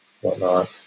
whatnot